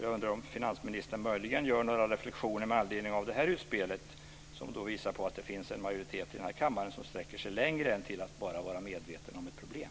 Jag undrar om finansministern möjligen gör någon reflexion med anledning av det utspelet, som visar på att det finns en majoritet i den här kammaren som sträcker sig längre än till att man bara är medveten om ett problem.